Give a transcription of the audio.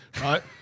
Right